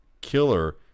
killer